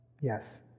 Yes